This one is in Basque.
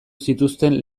zituzten